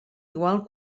igual